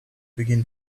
begin